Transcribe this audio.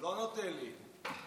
הוא לא נותן לי.